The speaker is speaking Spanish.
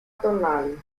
tonal